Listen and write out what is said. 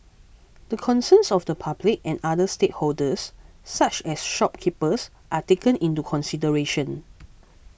the concerns of the public and other stakeholders such as shopkeepers are taken into consideration